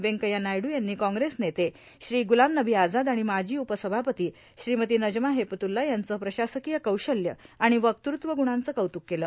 वेंकय्या नायड्र यांनी काँग्रेस नेते श्री ग्रुलाम नबी आझाद आणि माजी उपसभापती श्रीमती नजमा हेपतुल्ला यांचं प्रशासकीय कौशल्य आणि वक्तृत्व गुणांचं कौतुक केलं